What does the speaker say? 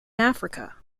africa